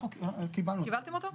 קיבלנו.